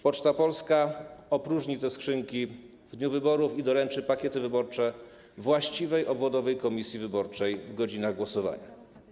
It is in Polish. Poczta Polska opróżni te skrzynki w dniu wyborów i doręczy pakiety wyborcze właściwej obwodowej komisji wyborczej w godzinach głosowania.